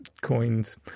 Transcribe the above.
coins